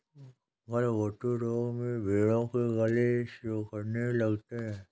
गलघोंटू रोग में भेंड़ों के गले सूखने लगते हैं